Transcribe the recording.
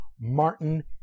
Martin